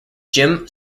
jim